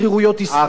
אני יכול לבקש ממך,